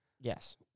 Yes